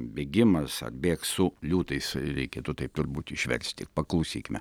bėgimas atbėgs su liūtais reikėtų taip turbūt išversti paklausykime